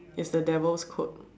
it's the devil's code